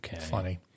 Funny